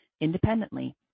independently